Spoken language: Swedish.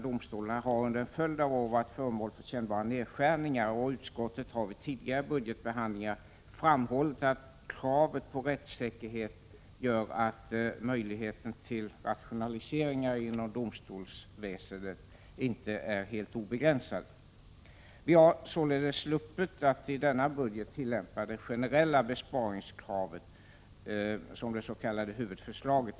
Anslaget till dessa har under en följd av år varit föremål för kännbara nedskärningar, och utskottet har vid tidigare budgetbehandlingar framhållit att kravet på rättssäkerheten gör att möjligheterna till rationaliseringar inom domstolsväsendet inte är obegränsade. Årets budget har medfört att man inom domstolsväsendet sluppit att tillämpa det generella besparingskravet enligt det s.k. huvudförslaget.